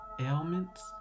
ailments